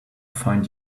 find